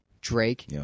Drake